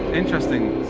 interesting.